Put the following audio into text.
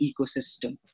ecosystem